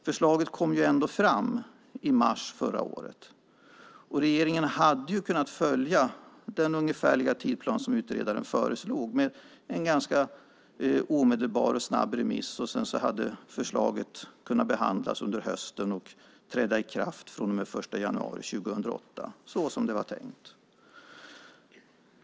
Förslaget kom ändå fram i mars förra året, och regeringen hade kunnat följa den ungefärliga tidsplan som utredaren föreslog med en ganska omedelbar och snabb remiss. Då hade förslaget kunnat behandlas under hösten och träda i kraft den 1 januari 2008, såsom det var tänkt.